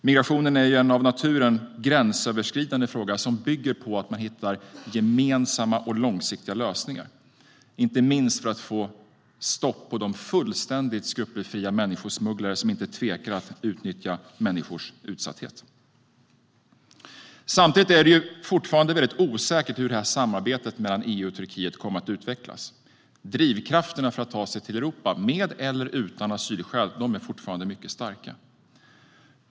Migrationen är en av naturen gränsöverskridande fråga som bygger på att man hittar gemensamma och långsiktiga lösningar, inte minst för att få stopp på de fullständigt skrupelfria människosmugglare som inte tvekar att utnyttja människors utsatthet. Fortfarande är det dock väldigt osäkert hur samarbetet mellan EU och Turkiet kommer att utvecklas. Drivkrafterna för människor att ta sig till Europa, med eller utan asylskäl, är fortfarande mycket starka.